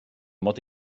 mod